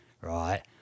right